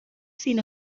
sin